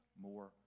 more